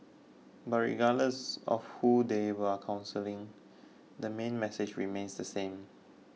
but regardless of who they are counselling the main message remains the same